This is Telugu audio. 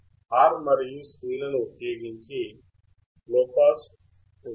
R మరియు C లను ఉపయోగించిన లోపాస్ ఫిల్టర్